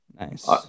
Nice